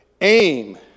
Aim